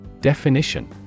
Definition